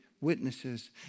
witnesses